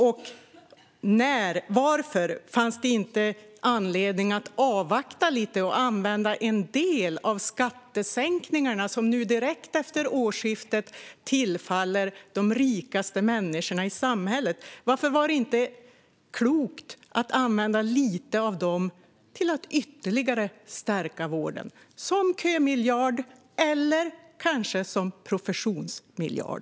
Och varför fanns det inte anledning att avvakta lite och använda en del av skattesänkningarna, som nu direkt efter årsskiftet tillfaller de rikaste människorna i samhället? Vore det inte klokt att använda lite av dem till att ytterligare stärka vården med en kömiljard eller kanske en professionsmiljard?